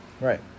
right